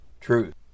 truth